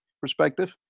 perspective